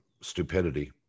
stupidity